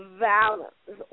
violence